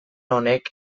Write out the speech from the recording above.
honek